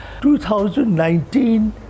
2019